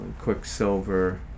Quicksilver